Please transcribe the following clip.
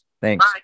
Thanks